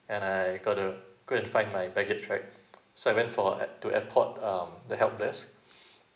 and I got to go and find my baggage right so I went for to airport um the help desk